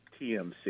TMC